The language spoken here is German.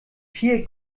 vier